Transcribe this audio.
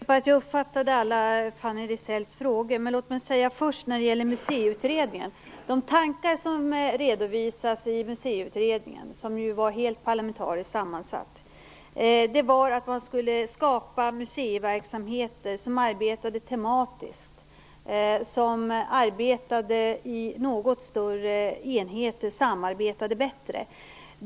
Herr talman! Jag är inte säker på att jag uppfattade alla Fanny Rizells frågor, men låt mig börja med De tankar som redovisas i Museiutredningen, som var helt parlamentariskt sammansatt, var att det skulle skapas museiverksamheter som arbetade tematiskt, som arbetade i något större enheter och som samarbetade bättre.